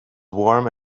warm